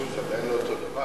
זה לא אותו דבר,